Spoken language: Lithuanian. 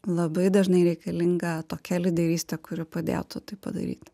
labai dažnai reikalinga tokia lyderystė kuri padėtų tai padaryt